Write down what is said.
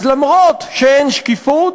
אז למרות העובדה שאין שקיפות,